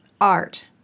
art